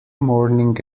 morning